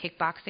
kickboxing